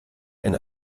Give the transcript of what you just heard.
ein